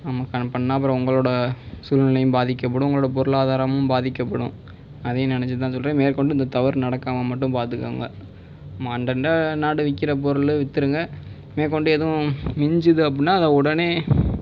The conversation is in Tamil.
ஆமாம் பண்ணிணா அப்புறம் உங்களோடய சூழ்நிலையும் பாதிக்கப்படும் உங்களோடய பொருளாதாரமும் பாதிக்கப்படும் அதையும் நினைச்சு தான் சொல்கிறேன் மேற்கொண்டு இந்த தவறு நடக்காமல் மட்டும் பார்த்துக்கோங்க அண்டை அண்டை நாடு விற்கிற பொருள் வித்துடுங்க மேற்கொண்டு எதுவும் மிஞ்சுது அப்படின்னா அதை உடனே